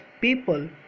people